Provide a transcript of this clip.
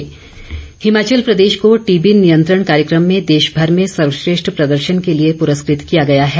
पुरस्कार हिमाचल प्रदेश को टीबी नियंत्रण कार्यक्रम में देश भर में सर्वश्रेष्ठ प्रदर्शन के लिए प्रस्कृत किया गया है